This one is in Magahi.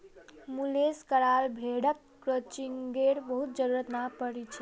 मुलेस कराल भेड़क क्रचिंगेर बहुत जरुरत नी पोर छेक